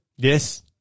Yes